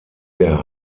der